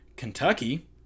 Kentucky